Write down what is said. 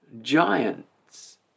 giants